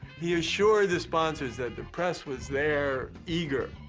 he assured the sponsors that the press was there, eager,